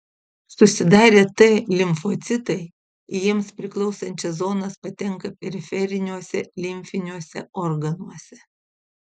susidarę t limfocitai į jiems priklausančias zonas patenka periferiniuose limfiniuose organuose